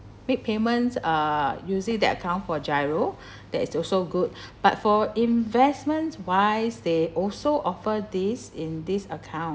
make payments uh using that account for GIRO that is also good but for investment wise they also offer this in this account